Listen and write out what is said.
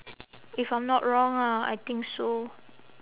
if I'm not wrong ah I think so